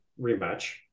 rematch